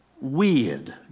weird